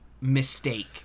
mistake